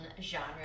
genre